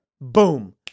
Boom